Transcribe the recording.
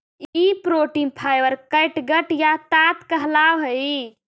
ई protein fibre catgut या ताँत कहलावऽ हई